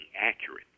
accurate